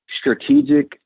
strategic